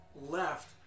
left